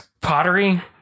pottery